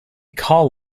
call